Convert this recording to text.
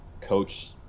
coach